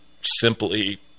simply